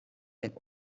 der